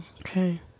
okay